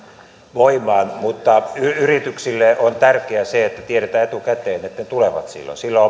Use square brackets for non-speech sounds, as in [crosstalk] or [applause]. voimaan mutta yrityksille on tärkeää se että tiedetään etukäteen että ne tulevat silloin silloin [unintelligible]